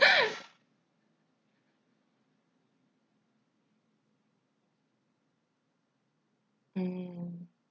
mm